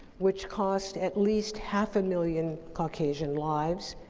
which cost at least half a million caucasian lives